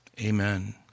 Amen